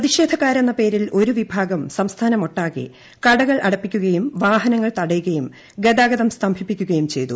പ്രതിഷേധക്കാരെന്ന പേരിൽ ഒരു വിഭാഗം സംസ്ഥാനമൊട്ടാകെ കടകൾ അടപ്പിക്കുകയും വാഹനങ്ങൾ തടയുകയും ഗതാഗതം സ്തംഭിപ്പിക്കുകയും ചെയ്തു